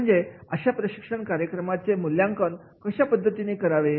ते म्हणजे अशा प्रशिक्षण कार्यक्रमाचे मूल्यांकन कशा पद्धतीने करावे